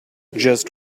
just